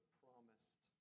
promised